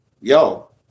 yo